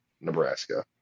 Nebraska